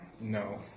No